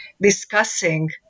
discussing